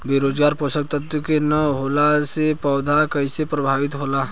Boron पोषक तत्व के न होला से पौधा कईसे प्रभावित होला?